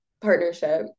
partnership